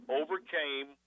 overcame